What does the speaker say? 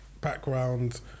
background